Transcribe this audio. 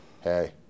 hey